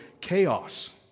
chaos